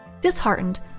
Disheartened